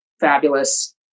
fabulous